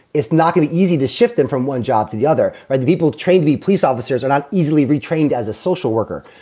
it's not going to easy to shift them from one job to the other. are the people trained to be police officers or not easily retrained as a social worker?